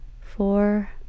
Four